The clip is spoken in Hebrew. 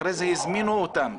אחרי זה הזמינו אותם,